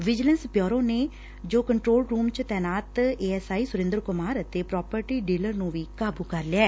vigilance bureau ਨੇ ਜੋ control room ਚ ਤੈਨਾਤ A S I Surinder Kumar ਅਤੇ ਪ੍ਰਾਪਟੀ ਡੀਲਰ ਨੂੰ ਵੀ ਕਾਬੁ ਕਰ ਲਿਆ